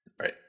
Right